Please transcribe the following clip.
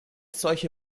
solche